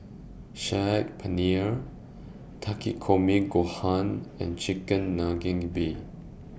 Saag Paneer Takikomi Gohan and Chigenabe